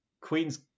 Queens